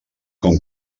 com